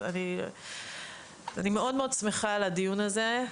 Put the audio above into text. אני מאוד-מאוד שמחה על הדיון הזה.